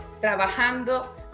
trabajando